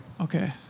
okay